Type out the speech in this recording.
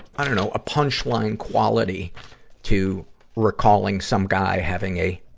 i dunno, a punchline quality to recalling some guy having a,